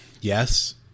yes